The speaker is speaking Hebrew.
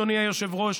אדוני היושב-ראש,